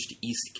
East